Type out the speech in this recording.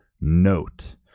note